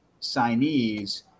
signees